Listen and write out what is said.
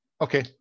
Okay